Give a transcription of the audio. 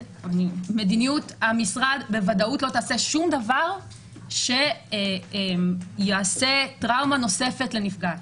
מדיניות המשרד היא לא לעשות דבר שיעשה טראומה נוספת לנפגעת.